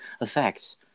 effects